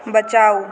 बचाउ